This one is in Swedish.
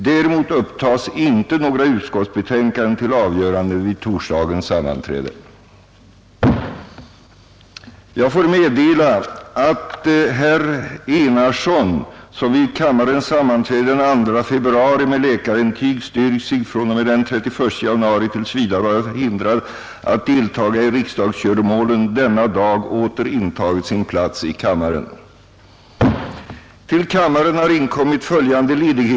Däremot upptas inte några utskottsbetänkanden till avgörande vid torsdagens sammanträde.